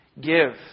give